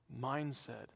mindset